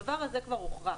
הדבר הזה כבר הוכרע.